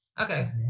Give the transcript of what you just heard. Okay